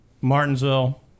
Martinsville